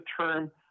term